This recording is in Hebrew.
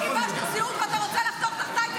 אם קיבלת זהות ואתה רוצה --- תלך מכאן.